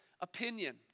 opinion